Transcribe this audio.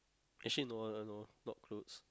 actually no no no not clothes